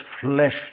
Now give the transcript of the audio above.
flesh